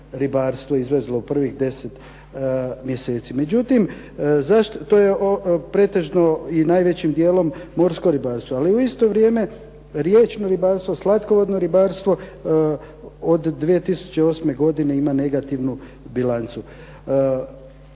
izvezlo u prvih 10 mjesece. Međutim, to je pretežno i najvećim dijelom morsko ribarstvo. Ali u isto vrijeme riječno ribarstvo, slatkovodno ribarstvo od 2008. godine ima negativnu bilancu.